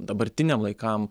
dabartiniam laikam